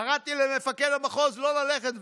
קראתי למפקד המחוז לא ללכת.